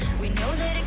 we know that